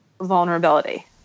vulnerability